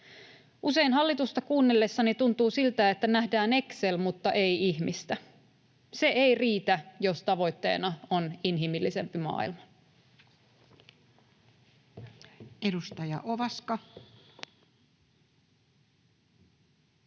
Usein hallitusta kuunnellessani tuntuu siltä, että nähdään Excel, mutta ei ihmistä. Se ei riitä, jos tavoitteena on inhimillisempi maailma.